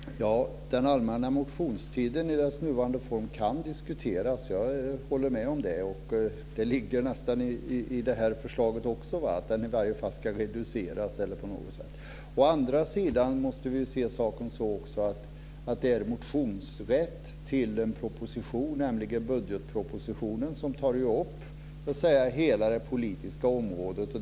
Fru talman! Jag håller med om att den allmänna motionstiden i dess nuvarande form kan diskuteras. Det ligger nästan i förslaget, att den ska reduceras på något sätt. Å andra sidan innebär den allmänna motionstiden motionsrätt i anslutning till en proposition, nämligen budgetpropositionen. Den tar upp hela det politiska området.